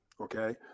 okay